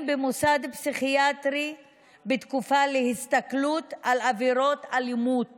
במוסד פסיכיאטרי בתקופה של הסתכלות בגלל עבירות אלימות